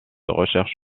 recherche